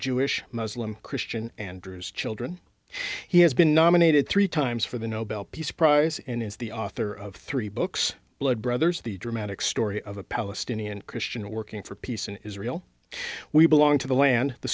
jewish muslim christian andrews children he has been nominated three times for the nobel peace prize and is the author of three books blood brothers the dramatic story of a palestinian christian working for peace in israel we belong to the land the